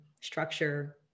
structure